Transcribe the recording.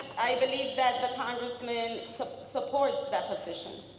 i believe that the congressman supports that position.